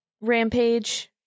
Rampage